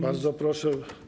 Bardzo proszę.